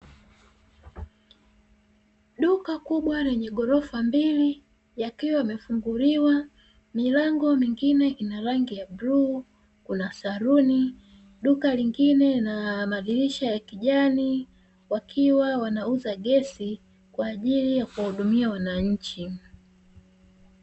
Duka kubwa lenye ghorofa mbili likiwa limefunguliwa milango mingine ina rangi ya bluu, Kuna saluni na duka lingine lina madirisha ya kijani wakiwa waunauza gesi kwaajili ya kuwa hudumia wananchi.